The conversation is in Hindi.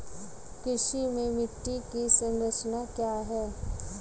कृषि में मिट्टी की संरचना क्या है?